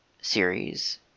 series